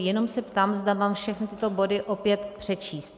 Jenom se ptám, zda mám všechny tyto body opět přečíst.